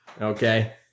Okay